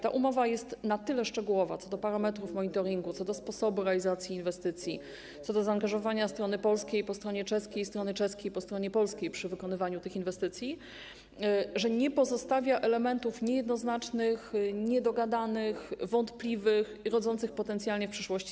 Ta umowa jest na tyle szczegółowa co do parametrów monitoringu, co do sposobu realizacji inwestycji, co do zaangażowania strony polskiej po stronie czeskiej i strony czeskiej po stronie polskiej przy wykonywaniu tych inwestycji, że nie pozostawia elementów niejednoznacznych, niedogadanych, wątpliwych, potencjalnie rodzących spór w przyszłości.